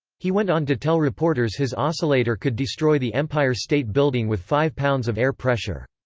he went on to tell reporters his oscillator could destroy the empire state building with five lbs of air pressure.